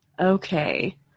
Okay